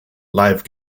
live